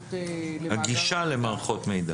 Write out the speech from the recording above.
למאגר המידע.